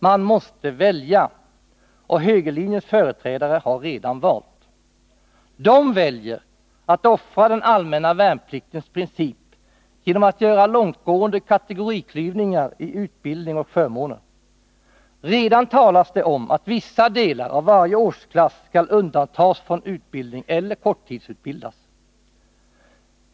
Man måste välja, och högerlinjens företrädare har redan valt. De väljer att offra den allmänna värnpliktens princip genom att göra långtgående kategoriklyvningar i utbildning och förmåner. Redan talas det om att vissa delar av varje årsklass skall undantas från utbildning eller korttidsutbildas.